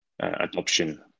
adoption